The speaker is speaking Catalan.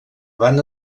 van